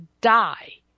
die